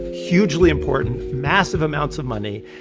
hugely important, massive amounts of money.